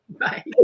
right